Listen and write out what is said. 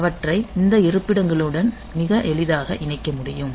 அவற்றை இந்த இருப்பிடங்களுடன் மிக எளிதாக இணைக்க முடியும்